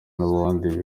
n’ubundi